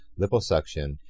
liposuction